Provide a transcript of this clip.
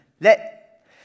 Let